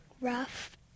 rough